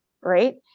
right